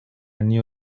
new